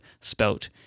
spelt